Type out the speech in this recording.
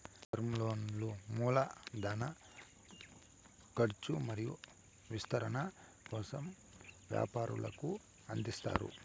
term లోన్లు మూల ధన కర్చు మరియు విస్తరణ కోసం వ్యాపారులకు అందిస్తారు